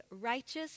righteous